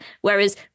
Whereas